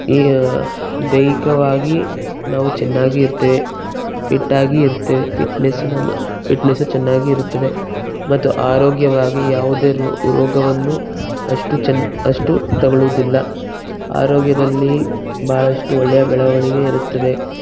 ದೈಹಿಕವಾಗಿ ನಾವು ಚೆನ್ನಾಗಿ ಇರ್ತೇವೆ ಫಿಟ್ ಆಗಿ ಇರ್ತೇವೆ ಫಿಟ್ನೆಸ್ ನಮ್ಮ ಫಿಟ್ನೆಸ್ ಚೆನ್ನಾಗಿ ಇರುತ್ತದೆ ಮತ್ತು ಆರೋಗ್ಯವಾಗಿ ಯಾವುದೇ ರೋ ರೋಗವನ್ನು ಅಷ್ಟು ಚೆನ್ನ ಅಷ್ಟು ತಗೊಳ್ಳೋದಿಲ್ಲ ಆರೋಗ್ಯದಲ್ಲಿ ಬಹಳಷ್ಟು ಒಳ್ಳೆಯ ಬೆಳವಣಿಗೆ ಇರುತ್ತದೆ